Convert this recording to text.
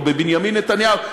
או בבנימין נתניהו,